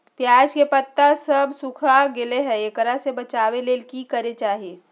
प्याज के पत्ता सब सुखना गेलै हैं, एकरा से बचाबे ले की करेके चाही?